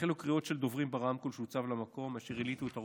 החלו קריאות של דוברים ברמקול שהוצב במקום אשר הלהיטו את הרוחות.